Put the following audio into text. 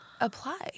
apply